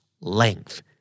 length